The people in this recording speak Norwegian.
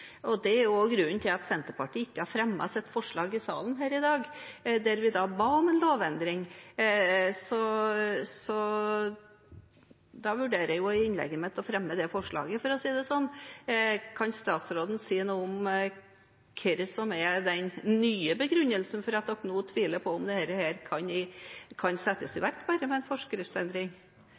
Det er også grunnen til at Senterpartiet ikke har fremmet et forslag i salen her i dag, der vi ville bedt om en lovendring. Da vurderer jeg å fremme det forslaget, for å si det sånn. Kan statsråden si noe om hva som er den nye begrunnelsen for at man nå tviler på om dette kan settes i verk bare med en forskriftsendring?